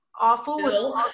awful